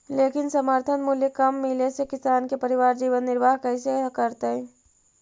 लेकिन समर्थन मूल्य कम मिले से किसान के परिवार जीवन निर्वाह कइसे करतइ?